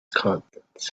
contents